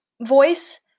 voice